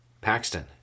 Paxton